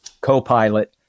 co-pilot